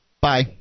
bye